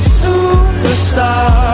superstar